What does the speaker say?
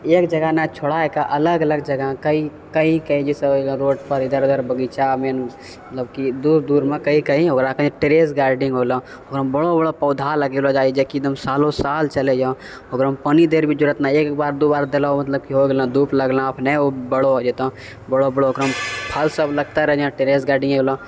एक जगह नै छोड़ एकरा अलग अलग जगह कइ कइ जैसे हो गेलै रोडपर इधर उधर बगीचामे मतलब की दूर दूरमे कहीं कहीं ओकरा कहीं टेरेस गार्डनिंग होलऽ ओकरामे बड़ो बड़ो पौधा लगेलौं जाइ हँ जेकि एकदम सालो साल चलै हँ ओकरोमे पानि दै रऽ भी जरूरत नै हँ एक बेर दू बेर देलै मतलब की हो गेलौं धूप लगलौं अपने ओ बड़ो हो जेतौ बड़ो बड़ो ओकरामे फल सब लगते रहै जेना टेरेस गार्डनिंग ई हो गेलै